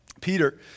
Peter